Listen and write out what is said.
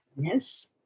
Yes